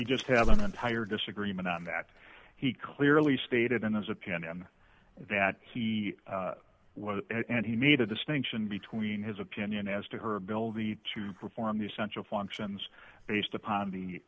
you just have an entire disagreement on that he clearly stated in his opinion that he was and he made a distinction between his opinion as to her bill the to perform the essential functions based upon